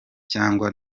cyangwa